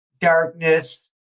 darkness